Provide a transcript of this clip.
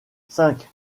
cinq